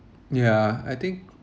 yeah I think